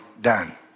done